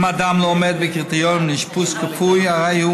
אם אדם לא עומד בקריטריונים לאשפוז כפוי הרי הוא